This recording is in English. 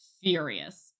furious